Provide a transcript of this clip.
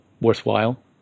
worthwhile